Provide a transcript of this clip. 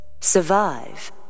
survive